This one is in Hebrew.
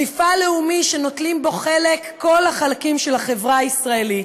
מפעל לאומי שנוטלים בו חלק כל החלקים של החברה הישראלית,